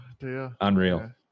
unreal